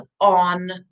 on